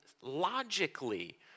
logically